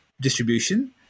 distribution